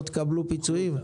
לא תקבלו פיצויים?